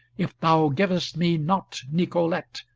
if thou givest me not nicolete,